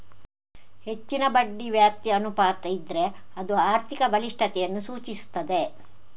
ಹೆಚ್ಚಿನ ಬಡ್ಡಿ ವ್ಯಾಪ್ತಿ ಅನುಪಾತ ಇದ್ರೆ ಅದು ಆರ್ಥಿಕ ಬಲಿಷ್ಠತೆಯನ್ನ ಸೂಚಿಸ್ತದೆ